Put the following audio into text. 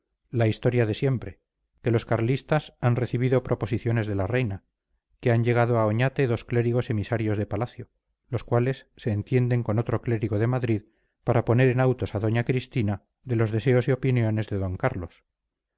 la historia de siempre que los carlistas han recibido proposiciones de la reina que han llegado a oñate dos clérigos emisarios de palacio los cuales se entienden con otro clérigo de madrid para poner en autos a doña cristina de los deseos y opiniones de d carlos